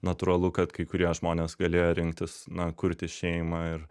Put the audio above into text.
natūralu kad kai kurie žmonės galėjo rinktis na kurti šeimą ir